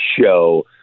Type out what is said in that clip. show